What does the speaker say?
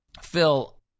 phil